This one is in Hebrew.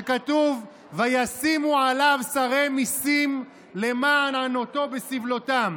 שכתוב "וישימו עליו שרי מסים למען ענתו בסבלתם",